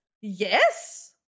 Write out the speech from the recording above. Yes